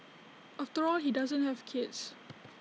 after all he doesn't have kids